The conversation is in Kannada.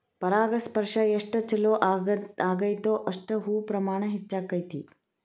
ಪರಾಗಸ್ಪರ್ಶ ಎಷ್ಟ ಚುಲೋ ಅಗೈತೋ ಅಷ್ಟ ಹೂ ಪ್ರಮಾಣ ಹೆಚ್ಚಕೈತಿ